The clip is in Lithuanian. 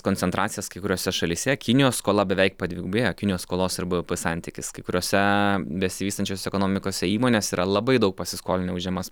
koncentracijas kai kuriose šalyse kinijos skola beveik padvigubėjo kinijos skolos ir bvp santykis kai kuriose besivystančiose ekonomikose įmonės yra labai daug pasiskolinę už žemas